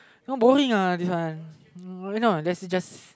no bowling uh this one no wait no as in just